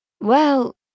Well